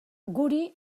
guri